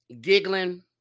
giggling